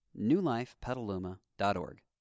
newlifepetaluma.org